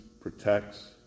protects